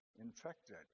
infected